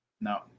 No